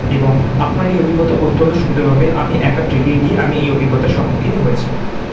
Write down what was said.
এবং আপনার এই অভিজ্ঞতা অত্যন্ত সুন্দর হবে আমি একা ট্রেকিংয়ে গিয়ে আমি এই অভিজ্ঞতার সম্মুখীন হয়েছি